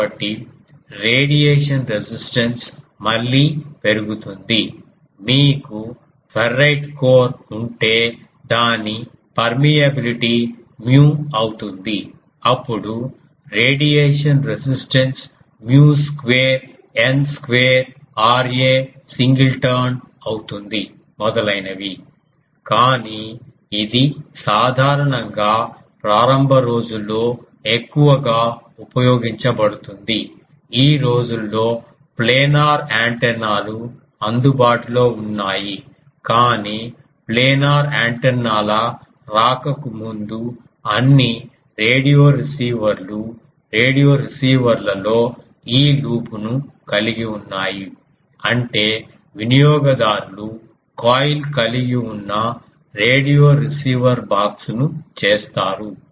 కాబట్టి radiation resistance మళ్లీ పెరుగుతుంది మీకు ఫెర్రైట్ కోర్ ఉంటే దాని పర్మీయబిలిటీ మ్యు అవుతుంది అప్పుడు radiation resistance mu square N square Ra single turn అవుతుంది మొదలైనవి కానీ ఇది సాధారణంగా ప్రారంభ రోజుల్లో ఎక్కువగా ఉపయోగించబడుతుంది ఈ రోజుల్లో ప్లేనార్ యాంటెనాలు అందుబాటులో ఉన్నాయి కాని ప్లేనార్ యాంటెన్నాల రాకకు ముందు అన్ని రేడియో రిసీవర్లు రేడియో రిసీవర్ల లో ఈ లూప్ను కలిగి ఉన్నాయి అంటే వినియోగదారులు కాయిల్ కలిగి ఉన్న రేడియో రిసీవర్ బాక్స్ ను చేస్తారు